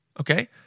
Okay